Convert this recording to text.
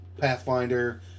Pathfinder